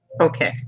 Okay